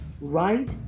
Right